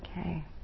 Okay